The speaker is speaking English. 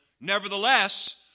Nevertheless